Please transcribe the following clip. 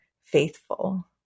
faithful